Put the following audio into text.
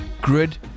Grid